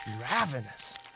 ravenous